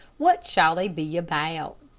what shall they be about?